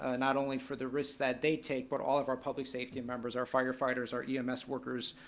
ah not only for the risks that they take but all of our public safety and members, our firefighters, our ems workers,